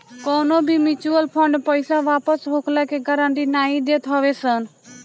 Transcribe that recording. कवनो भी mutual fund पईसा वापस होखला के गारंटी नाइ देत हवे सन